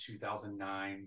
2009